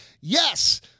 Yes